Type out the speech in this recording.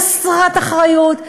חסרת אחריות,